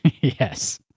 Yes